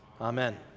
Amen